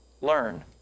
learn